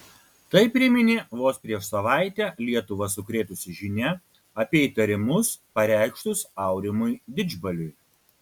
tai priminė vos prieš savaitę lietuvą sukrėtusi žinia apie įtarimus pareikštus aurimui didžbaliui